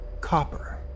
Copper